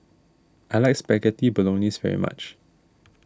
I like Spaghetti Bolognese very much